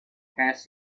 has